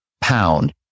pound